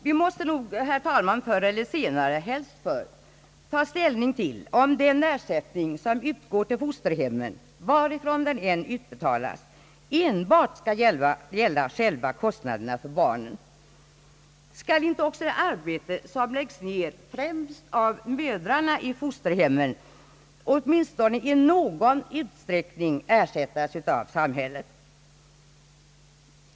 Vi måste nog, herr talman, förr eller senare — helst förr — ta ställning till om ersättningen till fosterhemmen, varifrån den än utbetalas, enbart skall gälla själva kostnaderna för barnen. Skall inte också det arbete, som främst mödrarna i fosterhemmen lägger ned, åtminstone i någon utsträckning ersättas av samhället?